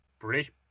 British